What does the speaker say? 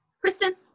Kristen